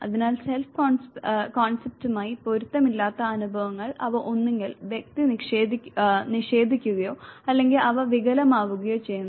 അതിനാൽ സെൽഫ് കോൺസെപ്റ്റുമായി പൊരുത്തമില്ലാത്ത അനുഭവങ്ങൾ അവ ഒന്നുകിൽ വ്യക്തി നിഷേധിക്കുകയോ അല്ലെങ്കിൽ അവ വികലമാവുകയോ ചെയ്യുന്നു